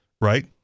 right